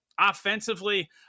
offensively